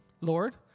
Lord